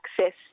access